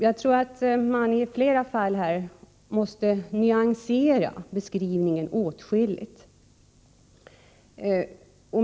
Jag tror att man i flera fall måste nyansera den beskrivningen åtskilligt.